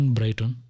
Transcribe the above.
Brighton